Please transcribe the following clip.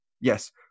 Yes